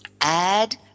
add